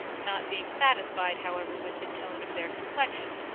not being satisfied, however, with the tone of their complexions,